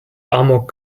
amok